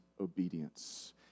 obedience